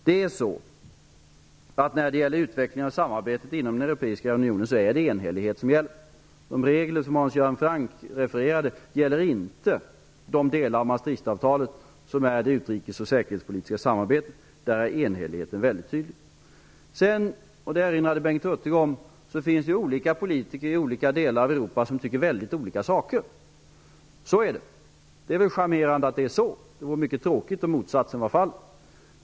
I utvecklingen av samarbetet inom den europeiska unionen är det enhällighet som gäller. De regler som Hans Göran Franck refererade gäller inte de delar av Maastrichtavtalet som rör det utrikes och säkerhetspolitiska samarbetet. Där är enhälligheten mycket tydlig. Det finns, vilket Bengt Hurtig erinrade om, olika politiker i olika delar av Europa som tycker mycket olika saker. Så är det. Det är väl charmerande att det är så. Det vore mycket tråkigt om motsatsen vore fallet.